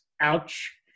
ouch